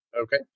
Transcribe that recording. Okay